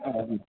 हजुर